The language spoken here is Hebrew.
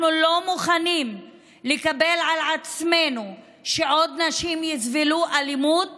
אנחנו לא מוכנים לקבל שעוד נשים יסבלו אלימות